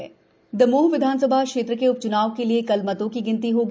दमोह मतगणना दमोह विधानसभा क्षेत्र के उ ्च्नाव के लिए कल मतों की गिनती होगी